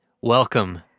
Welcome